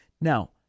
Now